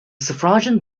suffragan